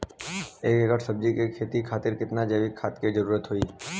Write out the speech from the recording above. एक एकड़ सब्जी के खेती खातिर कितना जैविक खाद के जरूरत होई?